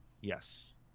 Yes